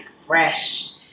fresh